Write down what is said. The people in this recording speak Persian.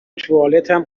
توالتم